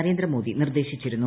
നരേന്ദ്രമോദി നിർദ്ദേശിച്ചിരുന്നു